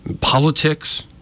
politics